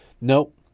Nope